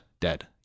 dead